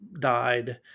died